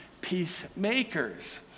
peacemakers